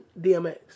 DMX